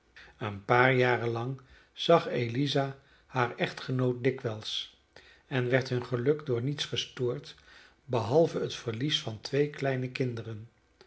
een paar jaren lang zag eliza haar echtgenoot dikwijls en werd hun geluk door niets gestoord behalve het verlies van twee kleine kinderen